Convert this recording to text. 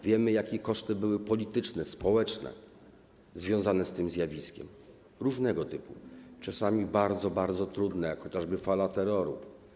Wiemy, jakie były koszty polityczne i społeczne związane z tym zjawiskiem, różnego typu, czasami bardzo, bardzo trudne, jak chociażby fala terroru.